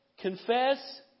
confess